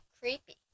Creepy